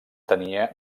tenia